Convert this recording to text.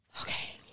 Okay